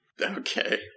Okay